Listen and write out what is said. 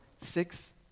Six